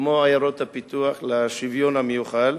כמו עיירות הפיתוח, לשוויון המיוחל.